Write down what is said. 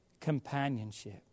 companionship